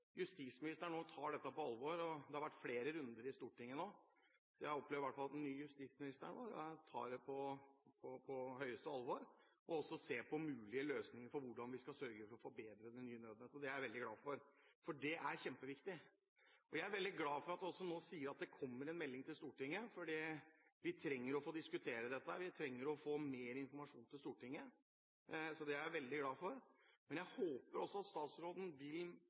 justisministeren nå tar dette på alvor, og det er jeg veldig glad for. Det har vært flere runder i Stortinget nå. Jeg opplever i hvert fall at den nye justisministeren vår tar dette på det dypeste alvor, og også ser på mulige løsninger for hvordan vi skal sørge for å forbedre det nye nødnettet. Det er jeg veldig glad for, for det er kjempeviktig. Jeg er også veldig glad for at det nå sies at det kommer en melding til Stortinget, for vi trenger å diskutere dette. Vi trenger å få mer informasjon til Stortinget: Så dette er jeg veldig glad for. Jeg håper også at statsråden vil